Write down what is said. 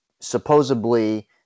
supposedly